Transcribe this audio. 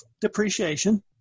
depreciation